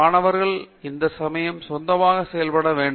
மாணவர்கள் அந்த சமயம் சொந்தமாக செயல்பட வேண்டும்